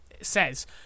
says